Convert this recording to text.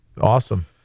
Awesome